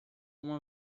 uma